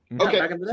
Okay